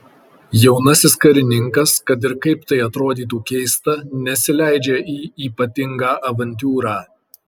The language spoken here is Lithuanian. jaunasis karininkas kad ir kaip tai atrodytų keista nesileidžia į ypatingą avantiūrą